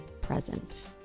present